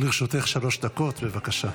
לרשותך שלוש דקות, בבקשה.